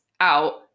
out